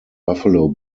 buffalo